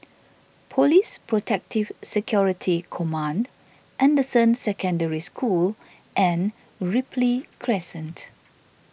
Police Protective Security Command Anderson Secondary School and Ripley Crescent